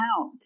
out